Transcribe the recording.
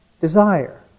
desire